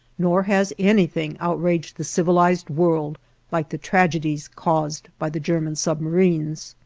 nor has anything outraged the civilized world like the tragedies caused by the german submarines.